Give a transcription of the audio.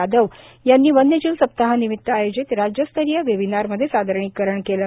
यादव यांनी वन्यजीव सप्ताह निमित्त आयोजित राज्य स्तरीय वेबिनारमध्ये सादरीकरण केलं